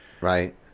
Right